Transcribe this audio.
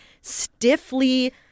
stiffly